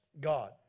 God